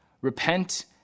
Repent